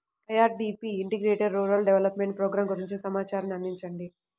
IRDP integrated rural development programme గురించి సమాచారాన్ని అందించండి?